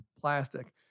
plastic